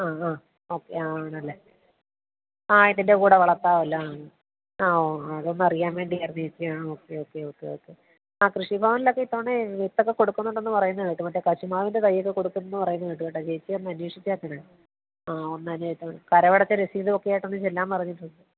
ആ ആ ഓക്കെ ആണല്ലേ ആ ഇതിൻ്റെ കൂടെ വളർത്താമല്ലോ ആ ആ ഓഹ് ആ അത് ഒന്നറിയാൻ വേണ്ടിയായിരുന്നു ചേച്ചി ആ ഓക്കെ ഓക്കെ ഓക്കെ ഓക്കെ ആ കൃഷിഭവനിലൊക്കെ ഇത്തവണ വിത്തൊക്കെ കൊടുക്കുന്നുണ്ടെന്ന് പറയുന്ന കേട്ടു മറ്റേ കശുമാവിൻ്റെ തയ്യൊക്കെ കൊടുക്കുന്നു എന്ന് പറയുന്ന കേട്ടു കേട്ടോ ചേച്ചിയൊന്ന് അന്വേഷിച്ചേക്കണേ ആ ഒന്ന് അന്വേഷിക്കണം കരമടച്ച രസീതുമൊക്കെ ആയിട്ടൊന്ന് ചെല്ലാൻ പറഞ്ഞിട്ടുണ്ട്